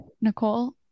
nicole